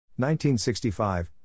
1965